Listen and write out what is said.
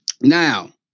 Now